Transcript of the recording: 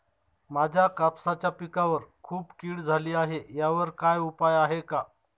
माझ्या कापसाच्या पिकावर खूप कीड झाली आहे यावर काय उपाय आहे का?